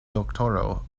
doktoro